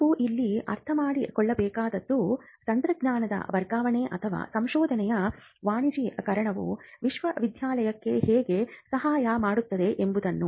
ನಾವು ಇಲ್ಲಿ ಅರ್ಥಮಾಡಿಕೊಳ್ಳಬೇಕಾದದ್ದು ತಂತ್ರಜ್ಞಾನದ ವರ್ಗಾವಣೆ ಅಥವಾ ಸಂಶೋಧನೆಯ ವ್ಯಾಪಾರೀಕರಣವು ವಿಶ್ವವಿದ್ಯಾಲಯಕ್ಕೆ ಹೇಗೆ ಸಹಾಯ ಮಾಡುತ್ತದೆ ಎಂಬುದನ್ನು